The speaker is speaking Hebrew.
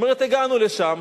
היא אומרת: הגענו לשם,